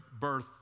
birth